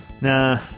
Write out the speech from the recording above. Nah